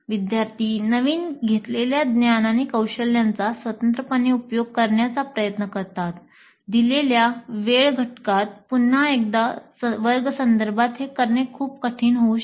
विद्यार्थी नवीन घेतलेल्या ज्ञान आणि कौशल्यांचा स्वतंत्रपणे उपयोग करण्याचा प्रयत्न करतात दिलेल्या वेळ घटकात पुन्हा एकदा वर्ग संदर्भात हे करणे खूप कठीण होऊ शकते